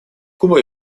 куба